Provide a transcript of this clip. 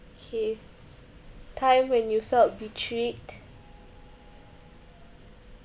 kay time when you felt betrayed